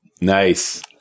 Nice